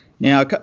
Now